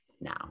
now